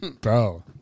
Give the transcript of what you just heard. Bro